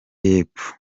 y’epfo